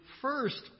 first